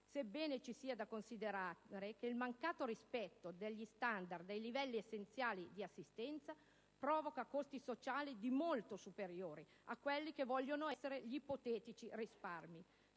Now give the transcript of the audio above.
sebbene ci sia da considerare che il mancato rispetto degli standard dei livelli essenziali di assistenza provoca costi sociali di molto superiori a quelli che vogliono essere gli ipotetici risparmi.